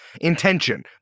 intention